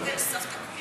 סבתא קולית.